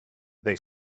they